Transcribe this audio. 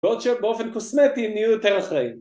בעוד שבאופן קוסמטי, הם נהיו יותר אחראים